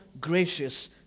gracious